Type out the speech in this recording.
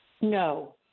No